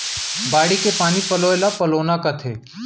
बाड़ी के पानी पलोय ल पलोना कथें